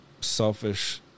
selfish